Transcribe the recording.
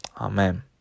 Amen